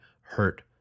hurt